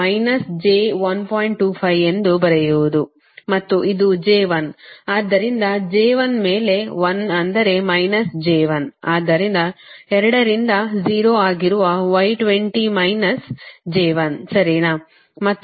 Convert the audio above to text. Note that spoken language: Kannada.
25 ಎಂದು ಬರೆಯುವುದು ಮತ್ತು ಇದು j 1 ಆದ್ದರಿಂದ j 1 ಮೇಲೆ 1 ಅಂದರೆ ಮೈನಸ್ j 1 ಆದ್ದರಿಂದ 2 ರಿಂದ 0 ಆಗಿರುವ y20 ಮೈನಸ್ j 1 ಸರಿನಾ